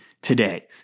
today